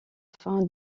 fin